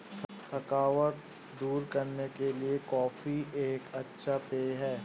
थकावट दूर करने के लिए कॉफी एक अच्छा पेय है